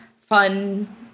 fun